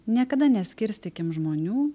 niekada neskirstykim žmonių